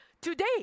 today